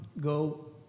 go